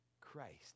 christ